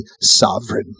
sovereign